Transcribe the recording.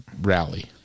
rally